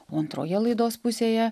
o antroje laidos pusėje